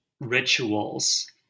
rituals